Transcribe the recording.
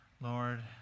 Lord